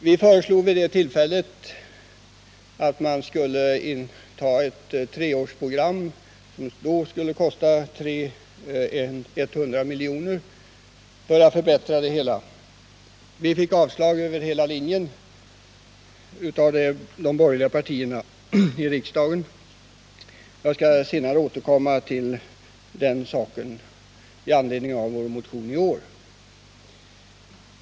Vid behandlingen av propositionen föreslog vi att man skulle anta ett treårsprogram, som då skulle kosta 100 miljoner, för att förbättra situationen. Vi fick avslag över hela linjen av de borgerliga partierna i riksdagen. Jag skall senare återkomma till den saken med anledning av vår socialdemokratiska motion i år.